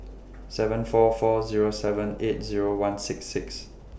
seven four four Zero seven eight Zero one six six